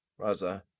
Raza